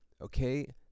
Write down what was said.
okay